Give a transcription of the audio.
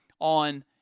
on